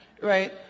right